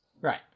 Right